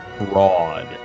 broad